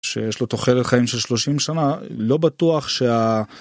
שיש לו תוחלת חיים של 30 שנה לא בטוח שה.